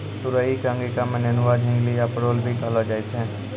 तुरई कॅ अंगिका मॅ नेनुआ, झिंगली या परोल भी कहलो जाय छै